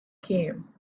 came